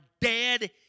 dead